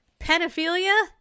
Pedophilia